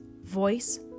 voice